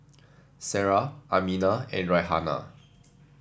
Sarah Aminah and Raihana